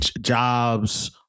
jobs